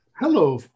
Hello